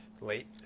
late